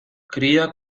cría